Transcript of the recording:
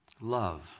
Love